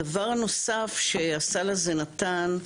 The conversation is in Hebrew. הדבר הנוסף שהסל הזה נתן,